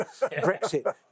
Brexit